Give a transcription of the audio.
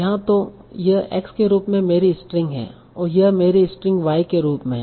यहाँ तो यह x के रूप में मेरी स्ट्रिंग है यह मेरी स्ट्रिंग y के रूप में है